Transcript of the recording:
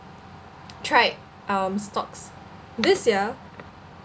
tried um stocks this year